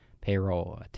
payroll